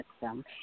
system